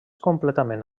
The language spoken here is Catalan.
completament